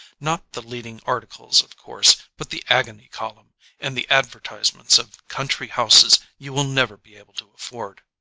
not the leading articles of course but the agony column and the advertisements of country houses you will never be able to afford.